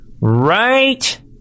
Right